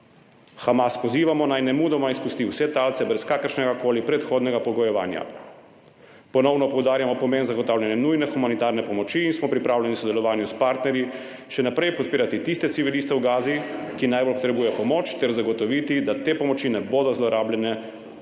Hamas pozivamo, naj nemudoma izpusti vse talce, brez kakršnega koli predhodnega pogojevanja. Ponovno poudarjamo pomen zagotavljanja nujne humanitarne pomoči in smo pripravljeni v sodelovanju s partnerji še naprej podpirati tiste civiliste v Gazi, ki najbolj potrebujejo pomoč, ter zagotoviti, da te pomoči ne bodo zlorabljale teroristične